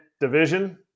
division